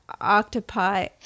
octopi